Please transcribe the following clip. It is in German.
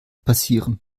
passieren